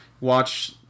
watch